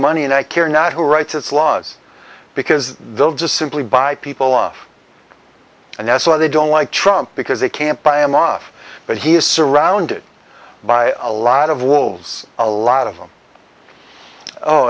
money and i care not who writes it's laws because they'll just simply buy people off and that's why they don't like trump because they can't buy him off but he is surrounded by a lot of wolves a lot of them oh